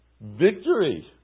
victory